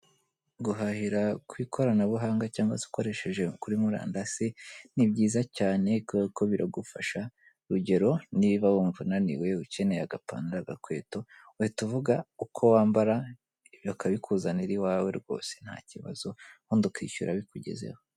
Guhahira ku ikoranabuhanga, cyangwa se ukoresheje kuri murandasi, ni byiza cyane kuko biragufasha, urugero niba wumva unaniwe ukeneye agapantaro, agakweto, uhita uvuga uko wambara bakabikuzanira iwawe rwose nta kibazo, ubundi ukishyura bikugezeho.